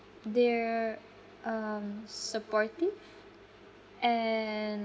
they're um supportive and